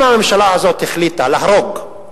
אם הממשלה הזאת החליטה להרוג,